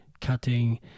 cutting